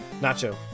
nacho